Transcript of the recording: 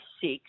six